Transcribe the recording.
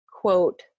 quote